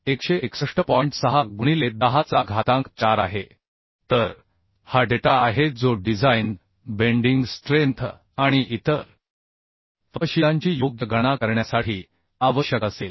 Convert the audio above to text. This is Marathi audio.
6 गुणिले 10 सी घातांक 4 आहे तर हा डेटा आहे जो डिझाइन बेंडिंग स्ट्रेंथ आणि इतर तपशीलांची योग्य गणना करण्यासाठी आवश्यक असेल